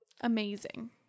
Amazing